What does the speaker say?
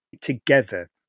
together